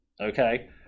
Okay